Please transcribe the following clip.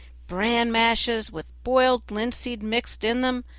bran mashes, with boiled linseed mixed in them,